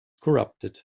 corrupted